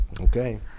Okay